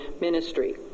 ministry